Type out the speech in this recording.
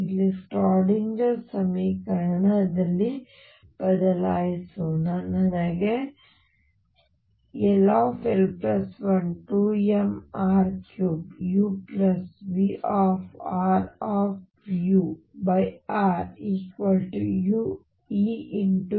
ಇಲ್ಲಿ ಸ್ಕ್ರಾಡಿಂಜರ್ ಸಮೀಕರಣದಲ್ಲಿ ಬದಲಿಸೋಣ ನನಗೆ ll12mr3uVrurEur